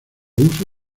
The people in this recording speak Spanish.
uso